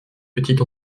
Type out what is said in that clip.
petite